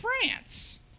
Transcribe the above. France